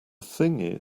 thing